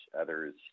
Others